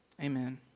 Amen